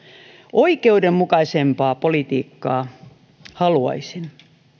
oikeudenmukaisempaa politiikkaa haluaisin